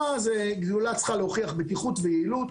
גלולה צריכה להוכיח בטיחות ויעילות.